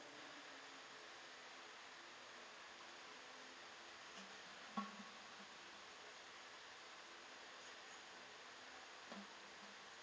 mm mm